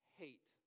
hate